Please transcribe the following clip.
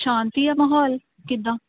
ਸ਼ਾਂਤੀ ਆ ਮਾਹੌਲ ਕਿੱਦਾਂ